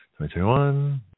2021